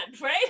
right